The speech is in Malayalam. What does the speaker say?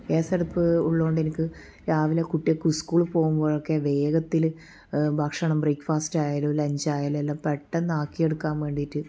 ഗ്യാസ് അടുപ്പ് ഉള്ളതു കൊണ്ട് എനിക്ക് രാവിലെ കുട്ടിക്കൾക്ക് ഉസ്കൂളിൽ പോകുമ്പോഴൊക്കെ വേഗത്തിൽ ഭക്ഷണം ബ്രേക്ക് ഫാസ്റ്റ് ആയാലും ലഞ്ച് ആയാലും എല്ലാം പെട്ടെന്ന് ആക്കിയെടുക്കാൻ വേണ്ടിയിട്ട്